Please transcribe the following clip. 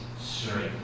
straight